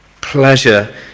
pleasure